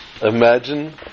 Imagine